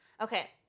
Okay